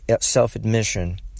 self-admission